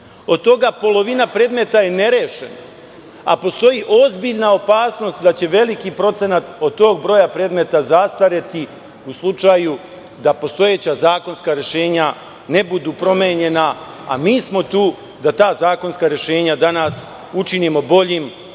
Od toga polovina predmeta je nerešena, a postoji ozbiljna opasnost da će veliki procenat od tog broja predmeta zastareti u slučaju da postojeća zakonska rešenja ne budu promenjena, a mi smo tu da ta zakonska rešenja danas učinimo boljim,